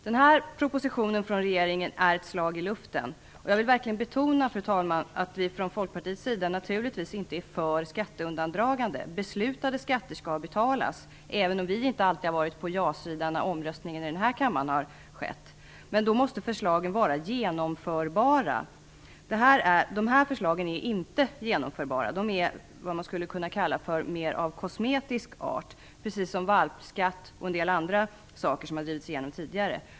Regeringens proposition är ett slag i luften, och jag vill verkligen betona, fru talman, att vi från Folkpartiets sida naturligtvis inte är för skatteundandragande. Beslutade skatter skall betalas, även om vi inte alltid har varit på ja-sidan när omröstningen i den här kammaren har skett. Men då måste förslagen vara genomförbara. De här förslagen är inte genomförbara. De är så att säga mer av kosmetisk art, precis som valpskatt och en del andra saker som har drivits igenom tidigare.